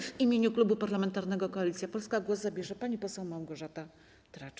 W imieniu Klubu Parlamentarnego Koalicja Polska głos zabierze pani poseł Małgorzata Tracz.